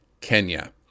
Kenya